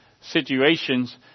situations